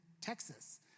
Texas